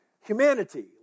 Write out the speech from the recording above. humanity